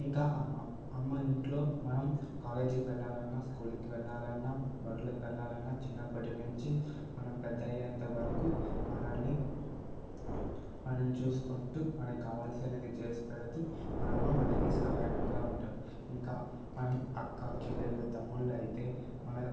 ఇంకా అమ్మ అమ్మ ఇంట్లో మనం కాలేజీకి వెళ్లాలన్న స్కూల్కి వెళ్లాలన్న బడులకి వెళ్లాలన్న చిన్నప్పటి నుంచి మనం పెద్ద అయ్యేంతవరకు మనల్ని మనం చూసుకుంటూ మనకి కావాల్సినవి చేసి పెడితే మనము మనకి సహాయంగా ఉంటారు ఇంకా మనం అక్క చెల్లెలు తమ్ముళ్లు అయితే మనం